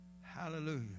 Hallelujah